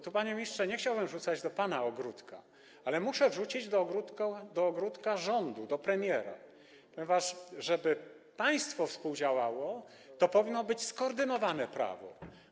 Tu, panie ministrze, nie chciałbym wrzucać kamyka do pana ogródka, ale muszę wrzucić do ogródka rządu, do premiera, ponieważ, żeby państwo współdziałało, powinno być skoordynowane prawo.